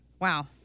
Wow